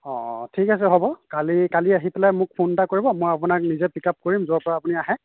অঁ ঠিক আছে হ'ব কালি কালি আহি পেলাই মোক ফোন এটা কৰিব মই আপোনাক নিজে পিকআপ কৰিম য'ৰ পৰা আপুনি আহে